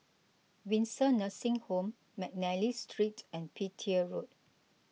Windsor Nursing Home McNally Street and Petir Road